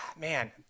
man